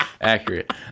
accurate